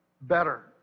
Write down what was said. better